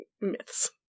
myths